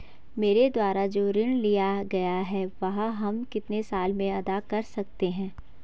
मेरे द्वारा जो ऋण लिया गया है वह हम कितने साल में अदा कर सकते हैं?